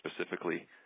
specifically